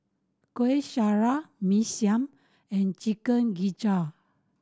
Kueh Syara Mee Siam and Chicken Gizzard